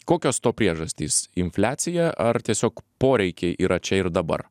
kokios to priežastys infliacija ar tiesiog poreikiai yra čia ir dabar